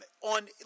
on